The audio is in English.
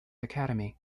academy